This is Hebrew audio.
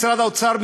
משרד האוצר,